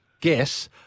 guess